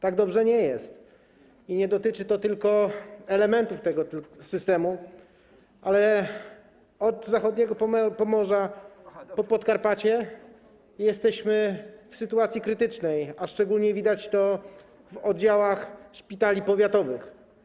Tak dobrze nie jest i nie dotyczy to tylko elementów tego systemu, ale od zachodniego Pomorza po Podkarpacie jesteśmy w sytuacji krytycznej, a szczególnie widać to w oddziałach szpitali powiatowych.